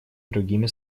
другими